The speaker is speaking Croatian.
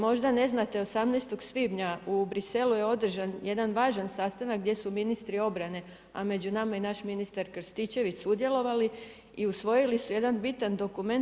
Možda ne znate 18. svibnja u Bruxellesu je održan jedan važan sastanak gdje su ministri obrane, a među nama i naš ministar Krstičević sudjelovali i usvojili su jedan bitan dokument.